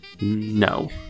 no